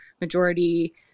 majority